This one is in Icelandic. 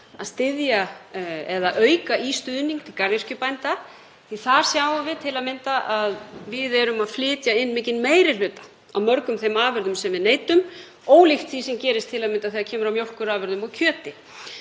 gert er að auka í stuðning til garðyrkjubænda því að þar sjáum við til að mynda að við erum að flytja inn mikinn meiri hluta af mörgum þeim afurðum sem við neytum, ólíkt því sem gerist til að mynda þegar kemur að mjólkurafurðum og kjöti.